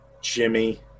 Jimmy